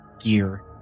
Gear